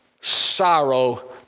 sorrow